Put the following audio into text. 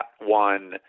one